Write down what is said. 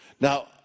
Now